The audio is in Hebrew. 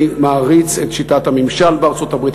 אני מעריץ את שיטת הממשל בארצות-הברית,